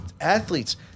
athletes